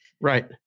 Right